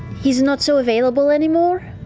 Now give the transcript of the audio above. he's not so available any more.